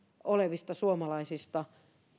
olevista suomalaisista